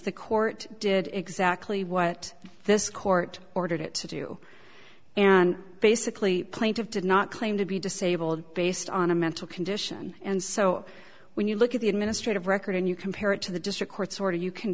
the court did exactly what this court ordered it to do and basically plaintive did not claim to be disabled based on a mental condition and so when you look at the administrative record and you compare it to the district court's order you can